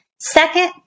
Second